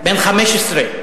בן 15,